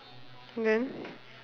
then